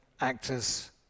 actors